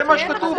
זה מה שכתוב פה.